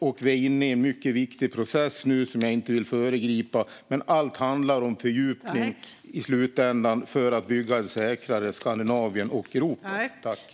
Vi är nu inne i en mycket viktig process som jag inte vill föregripa. Allt handlar om fördjupning i slutändan för att bygga ett säkrare Skandinavien och ett säkrare Europa.